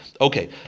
Okay